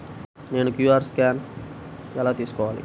నేను QR scan ఎలా తీసుకోవాలి?